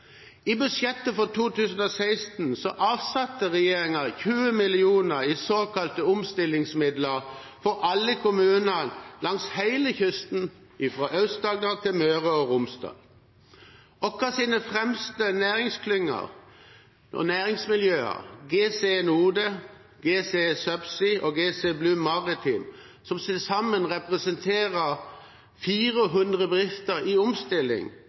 I budsjettet for 2016 satte regjeringen av 20 mill. kr i såkalte omstillingsmidler for alle kommunene langs hele kysten, fra Aust-Agder til Møre og Romsdal. Våre fremste næringsklynger og næringsmiljøer, GCE NODE, GCE Subsea og GCE Blue Maritime, som til sammen representerer 400 bedrifter i omstilling,